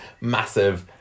massive